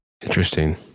Interesting